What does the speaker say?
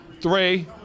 Three